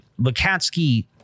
Lukatsky